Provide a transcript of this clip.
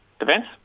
events